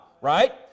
right